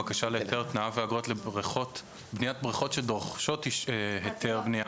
בקשה להיתר בניית בריכות שדורשות היתר בנייה.